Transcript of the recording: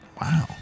Wow